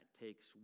takes